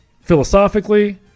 philosophically